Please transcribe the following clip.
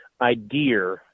idea